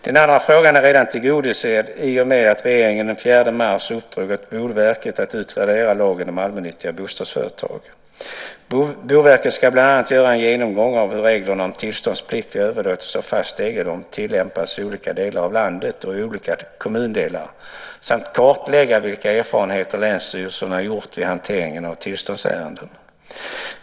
Den andra frågan är redan tillgodosedd i och med att regeringen den 4 mars i år uppdrog åt Boverket att utvärdera lagen om allmännyttiga bostadsföretag. Boverket ska bland annat göra en genomgång av hur reglerna om tillståndsplikt vid överlåtelse av fast egendom tillämpats i olika delar av landet och i olika kommundelar samt kartlägga vilka erfarenheter länsstyrelserna gjort vid hanteringen av tillståndsärenden.